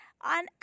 on